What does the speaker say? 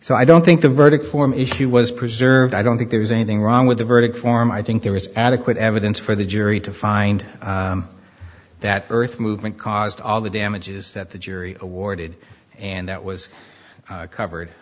so i don't think the verdict form issue was preserved i don't think there is anything wrong with the verdict form i think there is adequate evidence for the jury to find that earth movement caused all the damages that the jury awarded and that was covered